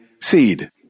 seed